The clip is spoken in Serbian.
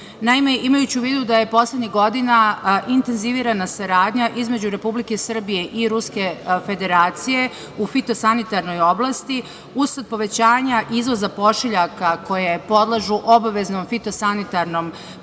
imajući u vidu da je poslednjih godina intenzivirana saradnja između Republike Srbije i Ruske Federacije u fitosanitarnoj oblasti, usled povećanja izvoza pošiljaka koje podležu obaveznom fitosanitarnom pregledu,